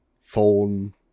phone